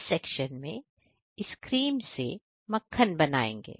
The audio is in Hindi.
इस सेक्शन में इस क्रीम से मक्खन बनाएंगे